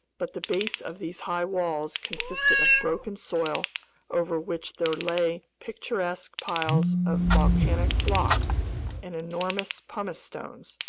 but the base of these high walls consisted of broken soil over which there lay picturesque piles of volcanic blocks and enormous pumice stones.